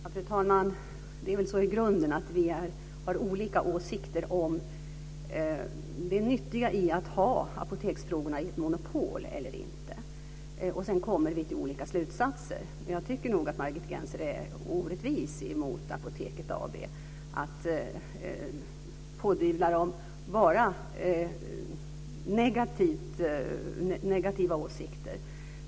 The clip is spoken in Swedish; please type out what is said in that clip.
Fru talman! Det är väl så i grunden att vi har olika åsikter om det nyttiga i att ha apoteksfrågorna i ett monopol. Sedan kommer vi till olika slutsatser. Jag tycker nog att Margit Gennser är orättvis mot Apoteket AB. Hon pådyvlar dem bara negativa åsikter.